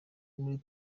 muri